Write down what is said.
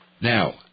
Now